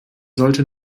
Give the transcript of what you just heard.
sollte